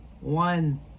One